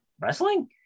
Wrestling